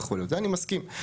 זה אני מסכים.